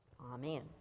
Amen